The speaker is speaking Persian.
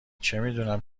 چمیدونم